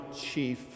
chief